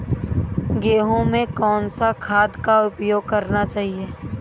गेहूँ में कौन सा खाद का उपयोग करना चाहिए?